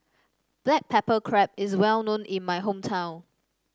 Black Pepper Crab is well known in my hometown